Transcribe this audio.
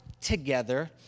together